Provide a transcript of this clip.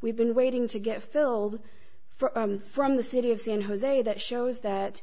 we've been waiting to get filled for from the city of san jose that shows that